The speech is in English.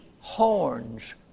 Horns